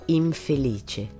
infelice